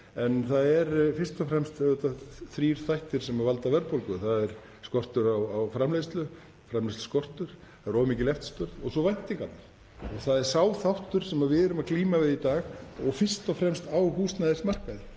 En það eru fyrst og fremst þrír þættir sem valda verðbólgu: Það er skortur á framleiðslu, framleiðsluskortur, það er of mikil eftirspurn og svo væntingarnar. Það er sá þáttur sem við erum að glíma við í dag og fyrst og fremst á húsnæðismarkaði.